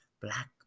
black